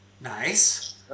Nice